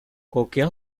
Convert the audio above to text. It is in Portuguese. qualquer